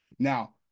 Now